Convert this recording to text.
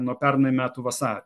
nuo pernai metų vasario